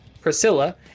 Priscilla